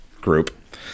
group